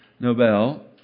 Nobel